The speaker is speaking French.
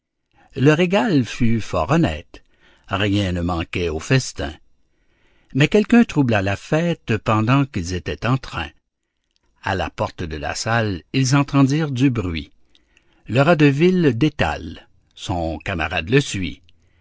le régal fut fort honnête rien ne manquait au festin mais quelqu'un troubla la fête pendant qu'ils étaient en train à la porte de la salle ils entendirent du bruit le rat de ville détale son camarade le suit